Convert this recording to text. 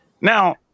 now